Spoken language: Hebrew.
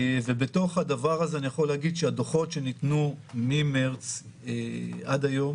ובתוך הדבר הזה אני יכול להגיד שהדוחות שניתנו ממרץ עד היום